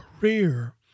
career